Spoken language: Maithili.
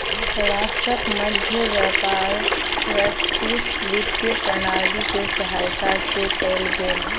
राष्ट्रक मध्य व्यापार वैश्विक वित्तीय प्रणाली के सहायता से कयल गेल